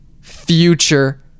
future